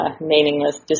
meaningless